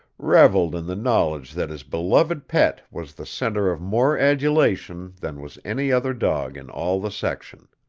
reveled in the knowledge that his beloved pet was the center of more adulation than was any other dog in all the section.